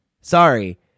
Sorry